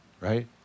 right